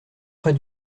près